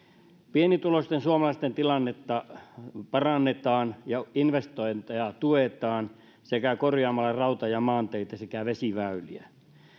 pienituloisten suomalaisten tilannetta parannetaan ja investointeja tuetaan sekä korjataan rauta ja maanteitä sekä vesiväyliä